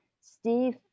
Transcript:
Steve